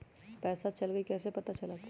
पैसा चल गयी कैसे पता चलत?